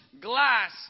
glass